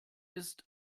ist